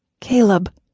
Caleb